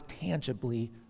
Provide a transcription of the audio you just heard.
tangibly